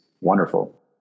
wonderful